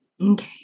Okay